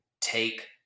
take